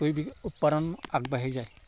কৰি বিকী উৎপাদন আগবাঢ়ি যায়